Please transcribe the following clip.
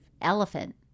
elephant